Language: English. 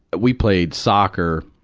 we played soccer.